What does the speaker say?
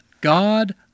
God